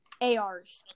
ARs